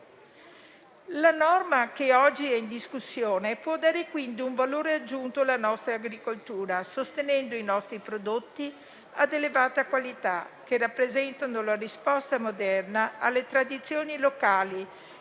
La norma oggi in discussione può dare, quindi, un valore aggiunto alla nostra agricoltura, sostenendo i nostri prodotti a elevata qualità, che rappresentano la risposta moderna alle tradizioni locali